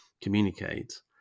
communicate